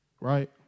right